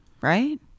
right